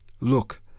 Look